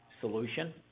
solution